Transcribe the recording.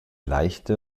leichte